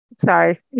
sorry